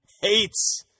Hates